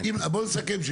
בבקשה.